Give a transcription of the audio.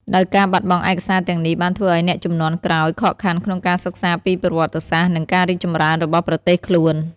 ដោយការបាត់បង់ឯកសារទាំងនេះបានធ្វើឲ្យអ្នកជំនាន់ក្រោយខកខានក្នុងការសិក្សាពីប្រវត្តិសាស្ត្រ និងការរីកចម្រើនរបស់ប្រទេសខ្លួន។